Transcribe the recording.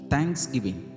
Thanksgiving